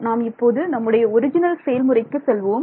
நாம் இப்போது நம்முடைய ஒரிஜினல் செயல்முறைக்கு செல்வோம்